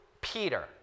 Peter